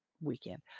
weekend